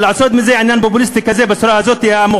אבל לעשות מזה עניין פופוליסטי כזה בצורה המכוערת,